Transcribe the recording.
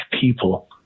people